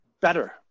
better